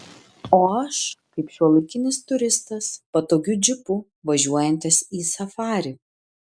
o aš kaip šiuolaikinis turistas patogiu džipu važiuojantis į safarį